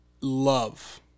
love